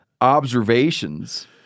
observations